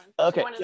Okay